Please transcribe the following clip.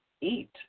eat